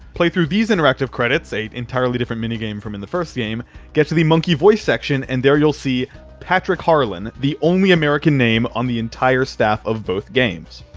play through these interactive credits an entirely different minigame from in the first game get to the monkey voice section, and there you'll see patrick harlan, the only american name on the entire staff of both games.